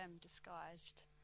disguised